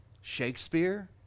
Shakespeare